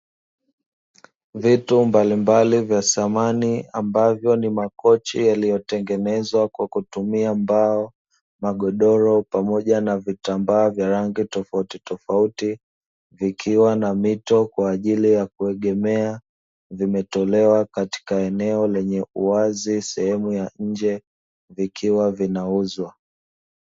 Vitu mbalimbali vya samani, ambavyo ni makochi yaliyotengenezwa kwa kutumia mbao, magodoro, pamoja na vitambaa vya rangi tofautitofauti, vikiwa na mito kwa ajili ya kuegemea, vimetolewa katika eneo lenye uwazi, sehemu ya nje, vikiwa vinauzwa.